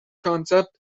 concept